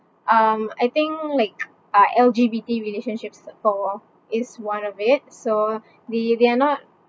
um I think like uh L_G_B_T relationships is for is one of it so the~ they are not